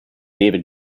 david